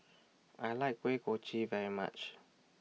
I like Kuih Kochi very much